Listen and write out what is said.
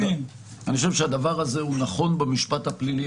הדבר הזה נכון במשפט הפלילי.